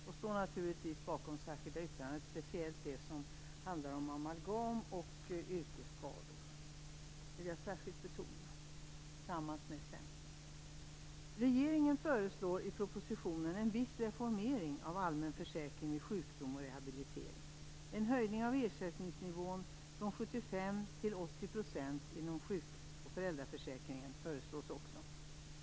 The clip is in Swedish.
Jag står naturligtvis också bakom de särskilda yttrandena, och jag vill speciellt betona vårt särskilda yttrande tillsammans med Centern som handlar om amalgam och yrkesskador.